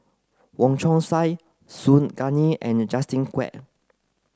Wong Chong Sai Su Guaning and Justin Quek